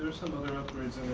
of our upgrades.